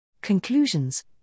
Conclusions